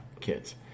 kids